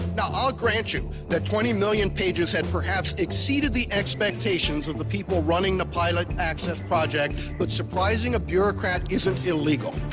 i'll grant you that twenty million pages had perhaps exceeded the expectations of the people running the pilot access project, but surprising a bureaucrat isn't illegal.